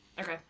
Okay